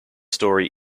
story